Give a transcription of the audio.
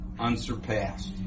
unsurpassed